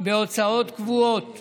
בהוצאות קבועות